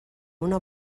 una